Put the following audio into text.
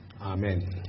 Amen